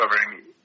covering